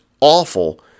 awful